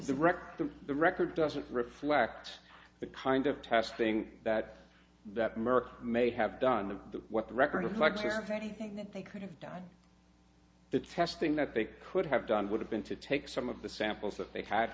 rectum the record doesn't reflect the kind of testing that that merck may have done to the what the record of lagniappe anything that they could have done the testing that they could have done would have been to take some of the samples that they had